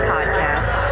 Podcast